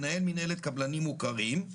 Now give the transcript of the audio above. מנהל מנהלת קבלנים מוכרים,